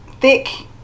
thick